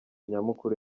nyamukuru